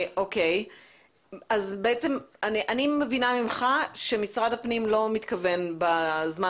אני מבינה ממך שמשרד הפנים לא מתכוון בזמן